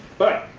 but,